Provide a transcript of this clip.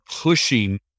pushing